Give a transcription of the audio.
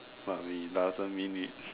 but we doesn't mean it